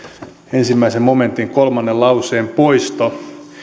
ensimmäisen momentin kolmannen lauseen poisto